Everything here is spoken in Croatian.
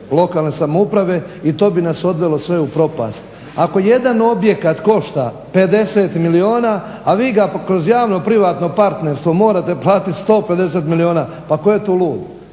lokalne samouprave i to bi nas odvelo sve u propast. Ako jedan objekat košta 50 milijuna, a vi ga kroz javno-privatno partnerstvo morate platiti 150 milijuna pa ko je tu lud.